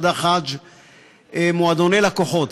מועדוני לקוחות.